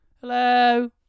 Hello